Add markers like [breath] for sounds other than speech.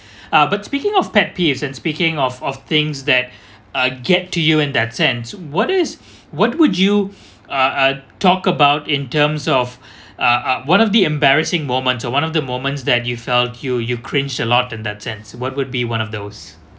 uh but speaking of pet peeves and speaking of of things that uh get to you in that sense what is what would you [breath] ah ah talk about in terms of [breath] uh uh one of the embarrassing moments or one of the moments that you felt you you cringe a lot in that sense what would be one of those